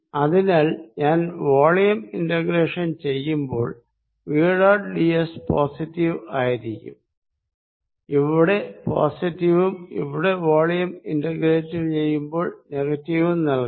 അതിനാൽ ഞാൻ volume integration ചെയ്യുമ്പോൾ V dot D S positive ആയിരിക്കും ഇവിടെ പോസിറ്റീവും ഇവിടെ വോളിയം ഇൻറ്റഗ്രേറ്റ് ചെയ്യുമ്പോൾ നെഗറ്റീവും നൽകും